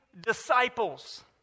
disciples